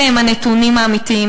אלה הנתונים האמיתיים.